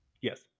Yes